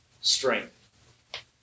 strength